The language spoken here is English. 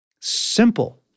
Simple